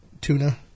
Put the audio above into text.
tuna